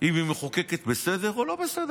אם היא מחוקקת בסדר או לא בסדר.